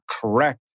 correct